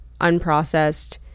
unprocessed